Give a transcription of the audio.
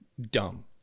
dumb